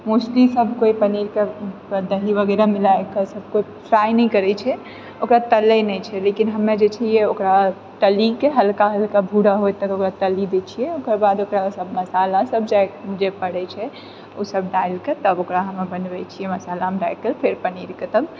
mostly सब केओ पनीरके दही वगैरह मिलाएके सब केओ फ्राइ नहि करैत छै ओकरा तलै नहि छै लेकिन हमे जे छिऐ ओकरा तलीके हल्का हल्का भूरा होए तक ओकरा तली दए छिऐ ओकर बाद ओकरा सब मसाला सब जे पड़ैत छै ओ सब डालिके तब ओकरा हमे बनबै छिऐ मसालामे दए कऽ फेर पनीरके तब